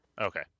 Okay